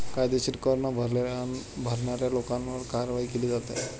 कायदेशीर कर न भरणाऱ्या लोकांवर काय कारवाई केली जाते?